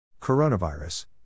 Coronavirus